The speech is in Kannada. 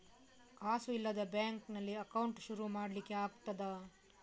ಕಾಸು ಇಲ್ಲದ ಬ್ಯಾಂಕ್ ನಲ್ಲಿ ಅಕೌಂಟ್ ಶುರು ಮಾಡ್ಲಿಕ್ಕೆ ಆಗ್ತದಾ?